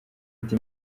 ati